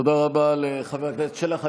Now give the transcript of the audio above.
תודה רבה לחבר הכנסת שלח.